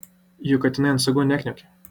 juk katinai ant stogų nekniaukė